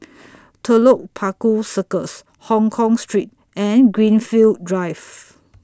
Telok Paku Circus Hongkong Street and Greenfield Drive